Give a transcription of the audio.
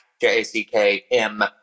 J-A-C-K-M